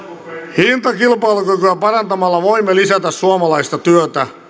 hintakilpailukykyä parantamalla voimme lisätä suomalaista työtä